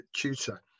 tutor